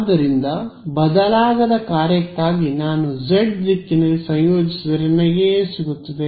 ಆದ್ದರಿಂದ ಬದಲಾಗದ ಕಾರ್ಯಕ್ಕಾಗಿ ನಾನು ಜೆಡ್ ದಿಕ್ಕಿನಲ್ಲಿ ಸಂಯೋಜಿಸಿದರೆ ನನಗೆ ಏನು ಸಿಗುತ್ತದೆ